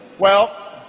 well,